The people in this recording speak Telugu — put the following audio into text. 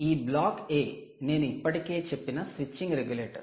ఈ బ్లాక్ A నేను ఇప్పటికే చెప్పిన స్విచ్చింగ్ రెగ్యులేటర్